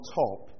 top